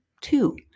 two